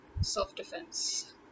self-defense